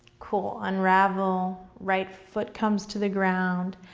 cool. unravel, right foot comes to the ground,